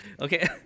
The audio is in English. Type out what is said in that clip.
okay